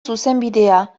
zuzenbidea